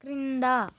క్రింద